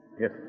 Yes